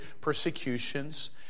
persecutions